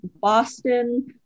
Boston